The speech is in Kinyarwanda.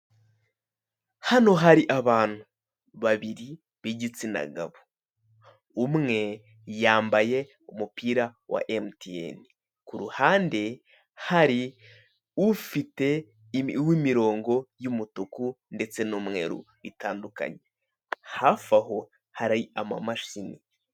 Hano hari abantu babiri b'igitsina gabo, umwe yambaye umupira wa MTN, ku ruhande hari ufite uw'imirongo y'umutuku ndetse n'umweru itandukanye, hafi aho hari amamashini.